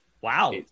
Wow